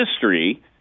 history